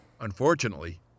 Unfortunately